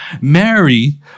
Mary